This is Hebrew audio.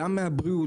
גם מהבריאות,